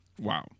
wow